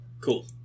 Cool